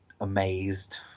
amazed